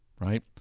right